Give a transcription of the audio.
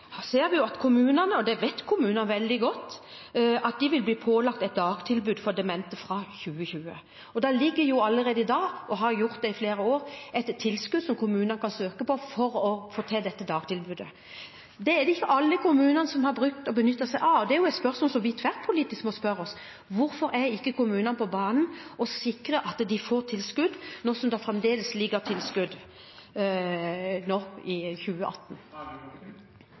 Kommunene vet godt at de vil bli pålagt et dagtilbud for demente fra 2020. Det ligger allerede i dag, og har gjort det i flere år, et tilskudd som kommunene kan søke på for å få til dette dagtilbudet. Det vi ser, er at det er det ikke alle kommunene som har benyttet seg av. Det er et spørsmål som vi tverrpolitisk må stille oss: Hvorfor er ikke kommunene på banen og sikrer at de får tilskudd, nå som det fremdeles ligger tilskudd i 2018?